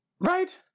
Right